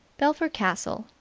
belpher castle.